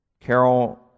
Carol